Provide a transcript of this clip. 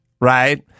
right